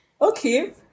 Okay